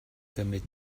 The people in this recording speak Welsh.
gymryd